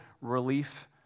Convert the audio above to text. relief